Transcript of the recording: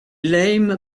lame